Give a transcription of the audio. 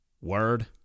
Word